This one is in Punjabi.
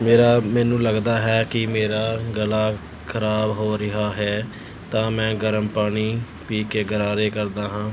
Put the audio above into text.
ਮੇਰਾ ਮੈਨੂੰ ਲੱਗਦਾ ਹੈ ਕਿ ਮੇਰਾ ਗਲਾ ਖਰਾਬ ਹੋ ਰਿਹਾ ਹੈ ਤਾਂ ਮੈਂ ਗਰਮ ਪਾਣੀ ਪੀ ਕੇ ਗਰਾਰੇ ਕਰਦਾ ਹਾਂ